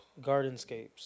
Gardenscapes